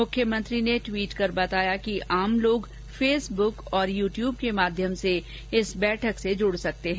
मुख्यमंत्री ने ट्वीट कर बताया कि आम लोग फेसबुक और यू ट्यूब के माध्यम से इस बैठक से जुड़ सकते हैं